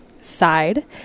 side